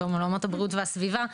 ומעולמות הבריאות והסביבה,